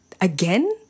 again